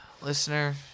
Listener